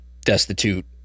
destitute